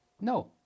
No